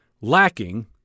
lacking